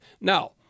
Now